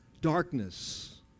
Darkness